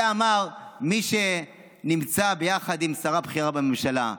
את זה אמר מי שנמצא ביחד עם שרה בכירה בממשלה.